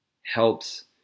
helps